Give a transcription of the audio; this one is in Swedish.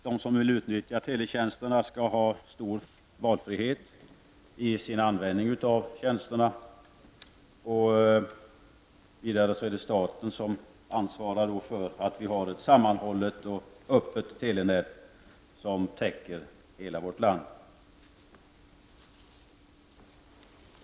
De som vill utnyttja teletjänsterna skall ha stor valfrihet i sin användning av tjänsterna. Vidare är det staten som ansvarar för att vi har ett sammanhållet och öppet telenät som täcker hela vårt land.